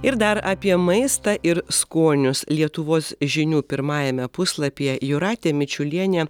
ir dar apie maistą ir skonius lietuvos žinių pirmajame puslapyje jūratė mičiulienė